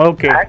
Okay